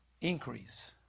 increase